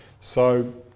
so,